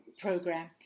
program